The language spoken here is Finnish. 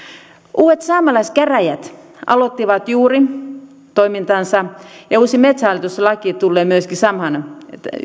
uusi saamelaiskäräjät aloitti juuri toimintansa ja uusi metsähallitus laki tulee myöskin samaan